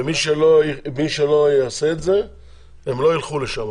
מי שלא יעשה את זה הן לא יילכו לשם.